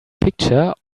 picture